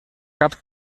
cap